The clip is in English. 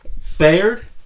fared